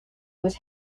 was